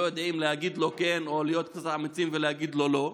יודעים: להגיד לו כן או להיות קצת אמיצים ולהגיד לו לא.